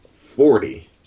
forty